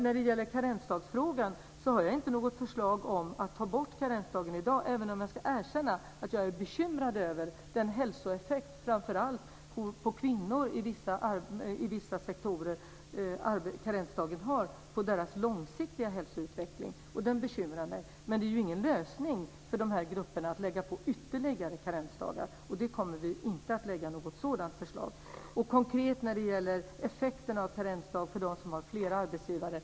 När det gäller karensdagsfrågan har jag inte något förslag i dag om att ta bort karensdagen, även om jag ska erkänna att jag är bekymrad över den långsiktiga hälsoeffekt som karensdagen har framför allt på kvinnor i vissa sektorer. Det bekymrar mig, men det är ju ingen lösning för de här grupperna att lägga på ytterligare karensdagar. Något sådant förslag kommer vi inte att lägga fram. Jag ska vara konkret när det gäller effekterna av karensdagen för dem som har flera arbetsgivare.